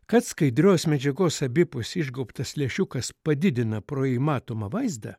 kad skaidrios medžiagos abipus išgaubtas lęšiukas padidina pro jį matomą vaizdą